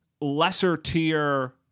lesser-tier